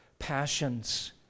passions